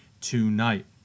tonight